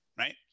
Right